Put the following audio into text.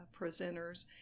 presenters